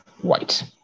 white